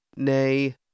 Nay